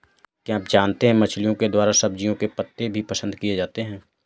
क्या आप जानते है मछलिओं के द्वारा सब्जियों के पत्ते भी पसंद किए जाते है